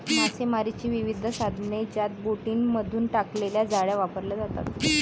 मासेमारीची विविध साधने ज्यात बोटींमधून टाकलेल्या जाळ्या वापरल्या जातात